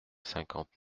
cinquante